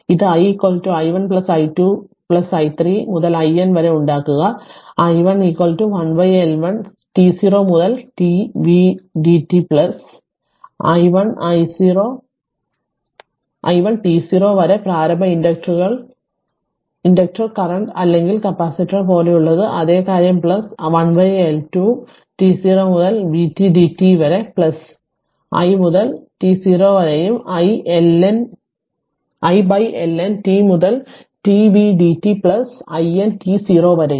ഇത് i i1 plus i2 plus i3 മുതൽ I N വരെ ഉണ്ടാക്കുക i i1 1 L1 t 0 മുതൽ t v dt plus i1 t 0 വരെ പ്രാരംഭ ഇൻഡക്റ്റർ കറന്റ് അല്ലെങ്കിൽ കപ്പാസിറ്റർ പോലെയുള്ളത് അതേ കാര്യം പ്ലസ് 1 L 2 t 0 മുതൽ t v dt വരെ പ്ലസ് i മുതൽ t 0 വരെയും 1 L N t മുതൽ t v dt plus i N t 0 വരെയും